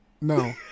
no